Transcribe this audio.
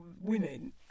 women